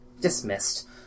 Dismissed